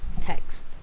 text